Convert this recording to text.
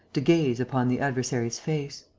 to gaze upon the adversary's face.